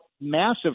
massive